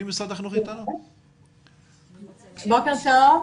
בוקר טוב.